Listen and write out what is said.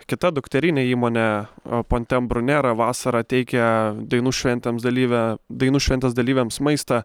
kita dukterinė įmonė pontem brunera vasarą teikia dainų šventėms dalyvę dainų šventės dalyviams maistą